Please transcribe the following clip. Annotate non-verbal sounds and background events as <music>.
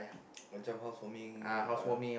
<noise> macam house warming ah